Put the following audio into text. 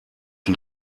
die